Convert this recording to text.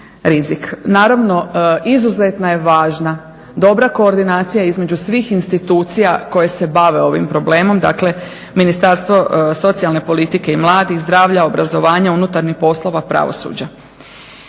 Naravno izuzetno je važna dobra koordinacija između svih institucija koje se bave ovim problemom, dakle Ministarstvo socijalne politike i mladih, zdravlja, obrazovanja, unutarnjih poslova, pravosuđa.